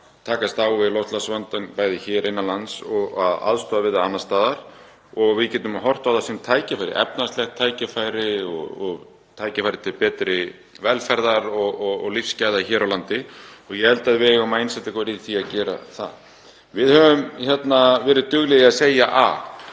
takast á við loftslagsvandann, bæði hér innan lands og aðstoða við það annars staðar og við getum horft á það sem tækifæri, efnahagslegt tækifæri og tækifæri til betri velferðar og lífsgæða hér á landi og ég held að við eigum að einsetja okkur að gera það. Við höfum verið dugleg að segja A,